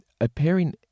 appearing